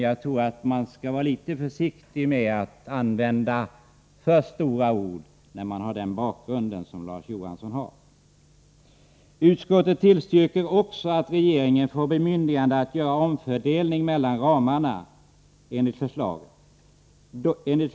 Jag tror att man skall vara litet försiktig med att använda alltför stora ord när man har den bakgrund som Larz Johansson har. Utskottet tillstyrker också att regeringen får bemyndigande att göra omfördelning mellan ramarna enligt förslaget.